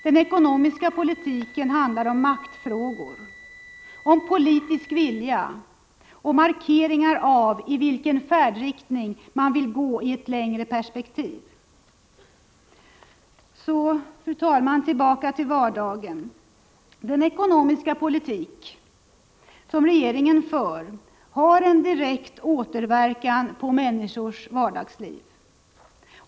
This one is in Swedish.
Den ekonomiska politiken handlar om maktfrågor, om politisk vilja och markeringar av i vilken färdriktning man vill gå i ett längre perspektiv. Så tillbaka till vardagen, fru talman. Den ekonomiska politik som regeringen för har en direkt återverkan på människors vardagsliv.